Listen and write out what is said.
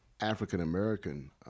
African-American